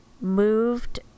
moved